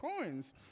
coins